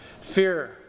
Fear